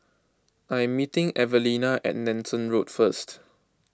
I am meeting Evelina at Nanson Road first